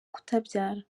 kutabyara